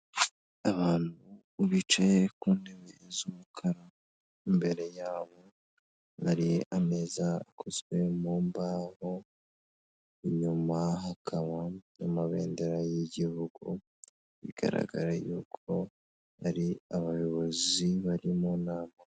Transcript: Abantu bicaye ku ntebe z'umukara imbere yabo hari ameza akozwe mu mbahovu inyuma hakaba amabendera y'igihugu bigaragara yuko hari abayobozi bari mu nama.